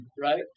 Right